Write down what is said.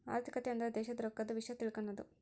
ಆರ್ಥಿಕತೆ ಅಂದ್ರ ದೇಶದ್ ರೊಕ್ಕದ ವಿಷ್ಯ ತಿಳಕನದು